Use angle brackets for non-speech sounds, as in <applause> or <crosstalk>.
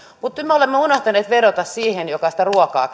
mutta me olemme unohtaneet vedota siihen joka sitä ruokaa <unintelligible>